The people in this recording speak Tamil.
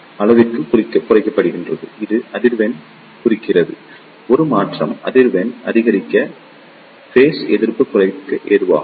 அளவிற்குக் குறைக்கப்படுகின்றது இது அதிர்வெண் குறிக்கிறது ஒரு மாற்றம் அதிர்வெண் அதிகரிக்க பேஸ் எதிர்ப்பு குறைக்க ஏதுவாகும்